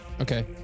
Okay